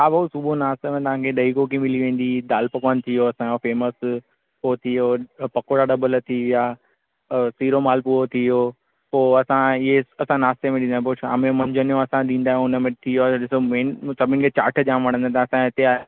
हा भाऊ सुबुह नाश्ते में तव्हां खे ॾही कोकी मिली वेंदी दाल पकवान थी वियो असांजो फेमस हो थी वियो पकोड़ा डबल थी विया और सीरो मालपूओ थी वियो पोइ असां इहो असां नाश्ते में ॾींदा आहियूं पोइ शाम जो मंझंदि जो असां ॾींदा आहियूं हुनमें थी वियो ॾिसो मेन सभिनि खे चाट जाम वणंदा था असांजे हिते आहे